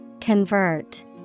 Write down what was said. Convert